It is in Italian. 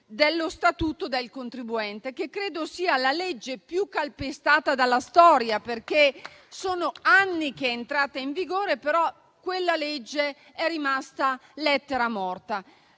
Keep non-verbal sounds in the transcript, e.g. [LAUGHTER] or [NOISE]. dello statuto del contribuente, che credo sia la legge più calpestata della storia, [APPLAUSE] perché sono anni che è entrata in vigore, ma è rimasta lettera morta.